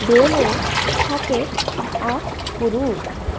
बेमो शाके आफ़् कुरु